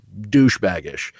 douchebaggish